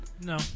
No